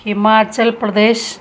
Himachal Pradesh